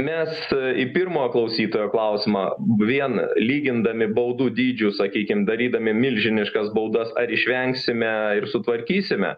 mes į pirmo klausytojo klausimą vieną lygindami baudų dydžių sakykim darydami milžiniškas baudas ar išvengsime ir sutvarkysime